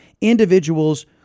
individuals